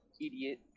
Idiot